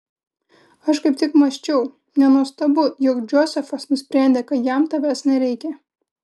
aš kaip tik mąsčiau nenuostabu jog džozefas nusprendė kad jam tavęs nereikia